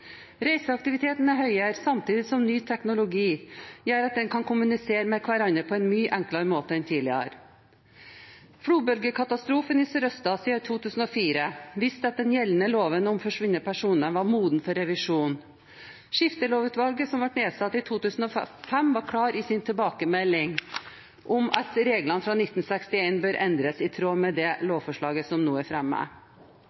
Reiseaktiviteten er høyere, samtidig som ny teknologi gjør at en kan kommunisere med hverandre på en mye enklere måte enn tidligere. Flodbølgekatastrofen i Sørøst-Asia i 2004 viste at den gjeldende loven om forsvunne personer var moden for revisjon. Skiftelovutvalget, som ble nedsatt i 2005, var klar i sin tilbakemelding om at reglene fra 1961 bør endres i tråd med det lovforslaget som nå er